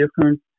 different